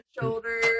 shoulder